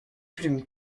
plumes